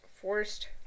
forced